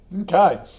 Okay